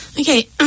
Okay